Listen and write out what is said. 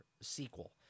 sequel